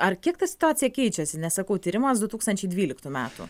ar kiek ta situacija keičiasi nes sakau tyrimas du tūkstančiai dvyliktų metų